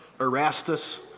Erastus